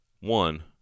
one